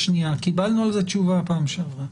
קיבלנו על זה תשובה פעם שעברה,